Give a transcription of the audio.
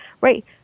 right